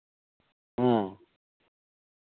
ᱦᱮᱸ